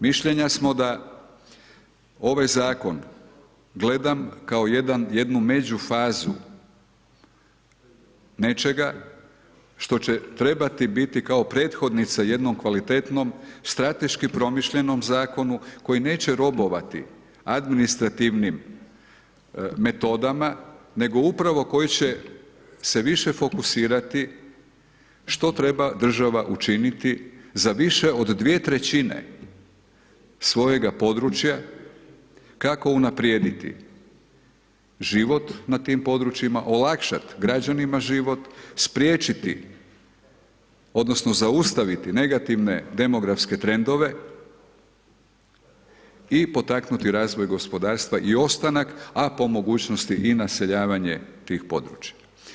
Mišljenja smo da ovaj zakon gledam kao jednu međufazu nečega što će trebati biti kao prethodnica jednom kvalitetnom strateški promišljenom zakonu koji neće robovati administrativnim metodama nego upravo koji će se više fokusirati što treba dražva učiniti za više od dvije trećine svojega područja kako unaprijediti život na tim područjima, olakšati građanima život, spriječiti, odnosno zaustaviti negativne demografske trendove i potaknuti razvoj gospodarstva i ostanak a po mogućnosti i naseljavanje tih područja.